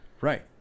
Right